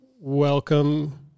welcome